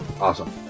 Awesome